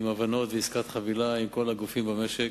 עם הבנות ועסקת חבילה, עם כל הגופים במשק.